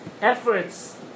efforts